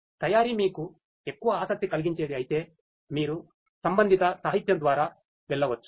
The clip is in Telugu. తయారీ మీకు ఎక్కువ ఆసక్తి కలిగించేది అయితే మీరు సంబంధిత సాహిత్యం ద్వారా వెళ్ళవచ్చు